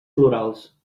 florals